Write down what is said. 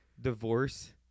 Divorce